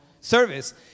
service